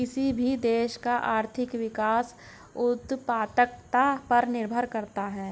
किसी भी देश का आर्थिक विकास उत्पादकता पर निर्भर करता हैं